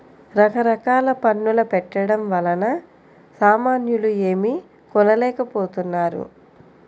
రకరకాల పన్నుల పెట్టడం వలన సామాన్యులు ఏమీ కొనలేకపోతున్నారు